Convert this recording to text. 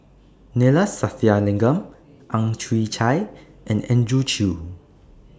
Neila Sathyalingam Ang Chwee Chai and Andrew Chew